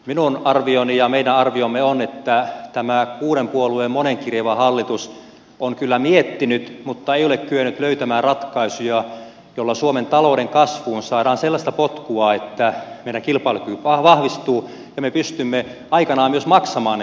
minun arvioni ja meidän arviomme on että tämä kuuden puolueen monenkirjava hallitus on kyllä miettinyt mutta ei ole kyennyt löytämään ratkaisuja joilla suomen talouden kasvuun saadaan sellaista potkua että meidän kilpailukykymme vahvistuu ja me pystymme aikanaan myös maksamaan ne velat